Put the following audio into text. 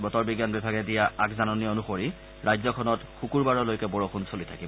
বতৰ বিজ্ঞান বিভাগে দিয়া আগজননী অনুসৰি ৰাজ্যখনত শুকূৰবাৰলৈকে বৰষুণ চলি থাকিব